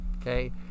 Okay